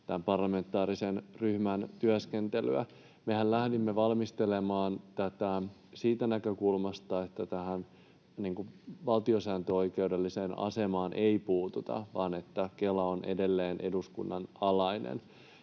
parlamentaarisen ryhmän työskentelyä. Mehän lähdimme valmistelemaan tätä siitä näkökulmasta, että tähän valtiosääntöoikeudelliseen asemaan ei puututa vaan että Kela on edelleen eduskunnan alainen.